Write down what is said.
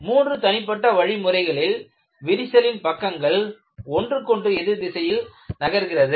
மூன்று தனிப்பட்ட வழிமுறைகளில் விரிசலின் பக்கங்கள் ஒன்றுக்கொன்று எதிர்திசையில் நகர்கிறது